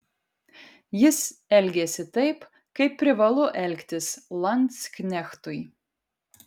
jis elgėsi taip kaip privalu elgtis landsknechtui